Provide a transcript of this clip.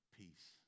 peace